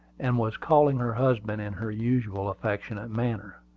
and was calling her husband in her usual affectionate manner.